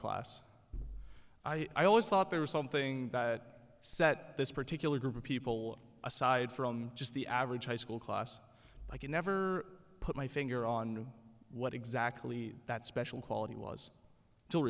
class i always thought there was something that set this particular group of people aside from just the average high school class i could never put my finger on what exactly that special quality was til